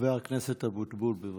חבר הכנסת אבוטבול, בבקשה.